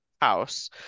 House